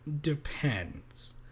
depends